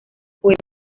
cueva